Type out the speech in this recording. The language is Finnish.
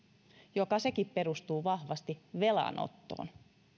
joka sekin perustuu vahvasti velanottoon